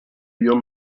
your